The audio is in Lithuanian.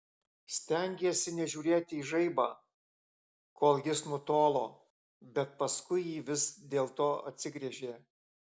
stengėsi nežiūrėti į žaibą kol jis nutolo bet paskui jį vis dėlto atsigręžė